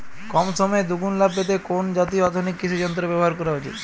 কম সময়ে দুগুন লাভ পেতে কোন জাতীয় আধুনিক কৃষি যন্ত্র ব্যবহার করা উচিৎ?